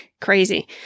crazy